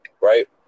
right